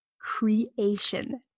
creation